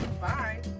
Bye